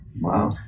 Wow